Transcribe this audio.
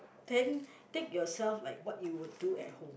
then take yourself like what you would do at home